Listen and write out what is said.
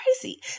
crazy